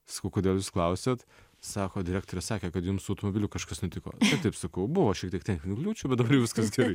sakau kodėl jūs klausiat sako direktorė sakė kad jum su automobiliu kažkas nutiko taip taip sakau buvo šiek tiek kliūčių bet dabar viskas gerai